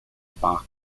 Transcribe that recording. bach